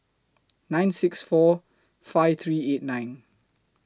nine six seven four five three eight nine